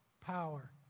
power